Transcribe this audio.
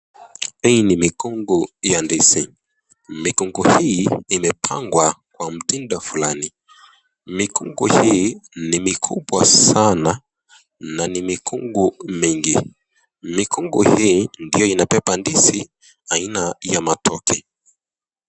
Hii ni mikungu ya ndizi. Mikungu hii imepangwa kwa mtindo fulani. Mikungu hii ni mikubwa sanaa na ni mikungu mengi. Mikungu hii ndio inabeba ndizi aina ya matoke.